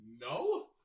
no